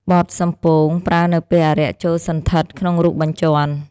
បទសំពោង ប្រើនៅពេលអារក្សចូលសណ្ឋិតក្នុងរូបបញ្ជាន់។